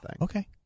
Okay